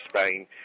Spain